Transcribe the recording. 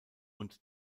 und